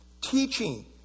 teaching